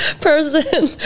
person